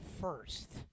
first